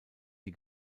die